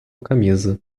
camisa